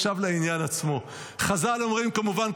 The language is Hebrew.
עכשיו לעניין עצמו: חז"ל אומרים כמובן,